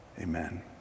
Amen